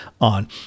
on